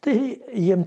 tai jiem